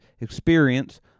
experience